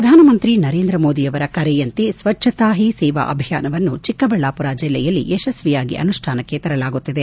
ಪ್ರಧಾನ ಮಂತ್ರಿ ನರೇಂದ್ರ ಮೋದಿಯವರ ಕರೆಯಂತೆ ಸ್ವಚ್ನತಾಹೀ ಸೇವಾ ಅಭಿಯಾನವನ್ನು ಚಿಕ್ಕಬಳ್ಳಾಪುರ ಜಲ್ಲೆಯಲ್ಲಿ ಯಶಸ್ವಿಯಾಗಿ ಅನುಷ್ಠಾನಕ್ಕೆ ತರಲಾಗುತ್ತಿದೆ